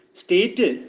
state